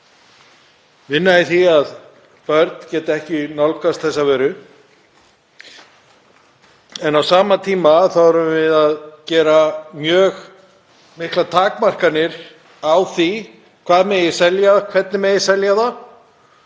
vinna í því að börn geti ekki nálgast þessa vöru. En á sama tíma erum við að gera mjög miklar takmarkanir á því hvað megi selja, hvernig megi selja það,